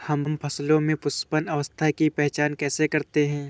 हम फसलों में पुष्पन अवस्था की पहचान कैसे करते हैं?